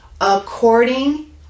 according